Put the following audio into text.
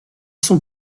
son